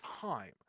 time